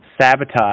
sabotage